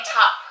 top